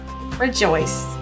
rejoice